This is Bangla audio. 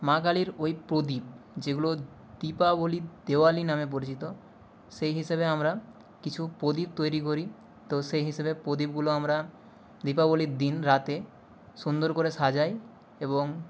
মা কালীর ওই প্রদীপ যেগুলো দীপাবলি দেওয়ালি নামে পরিচিত সেই হিসেবে আমরা কিছু প্রদীপ তৈরি করি তো সেই হিসেবে প্রদীপগুলো আমরা দীপাবলির দিন রাতে সুন্দর করে সাজাই এবং